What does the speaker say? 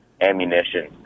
ammunition